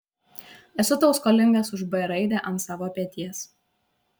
esu tau skolingas už b raidę ant savo peties